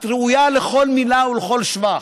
את ראויה לכל מילה ולכל שבח,